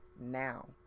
now